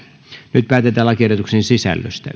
nyt päätetään lakiehdotuksen sisällöstä